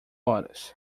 horas